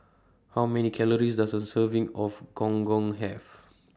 How Many Calories Does A Serving of Gong Gong Have